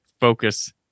focus